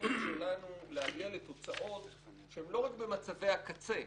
הצורך שלנו הוא להגיע לתוצאות שהן לא רק במצבי הקצה,